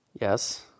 Yes